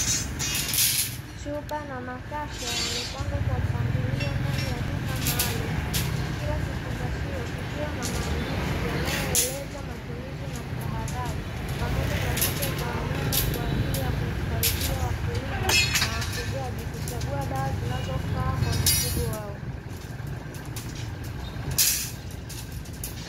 Chupa na makasha yamepangwa kwa mpangilio ndani ya duka maalumu. Kila kifungashio kikiwa na maandishi yanayoeleza matumizi na tahadhari pamoja na picha za wanyama, kwa ajili ya kuwasaidia wakulima na wafugaji kuchagua dawa zinazofaa kwa mifugo yao.